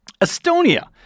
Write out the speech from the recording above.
Estonia